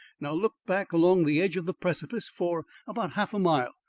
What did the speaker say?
now look back along the edge of the precipice for about half a mile,